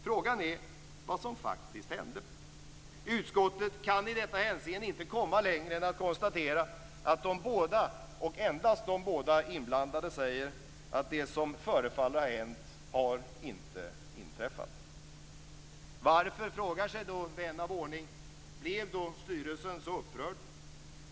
Frågan är vad som faktiskt hände. Utskottet kan i detta hänseende inte komma längre än att konstatera att de båda, och endast de båda inblandade säger att det som förefaller ha hänt inte har inträffat. Varför, frågar sig vän av ordning, blev då styrelsen så upprörd?